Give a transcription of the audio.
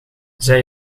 zij